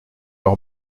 leur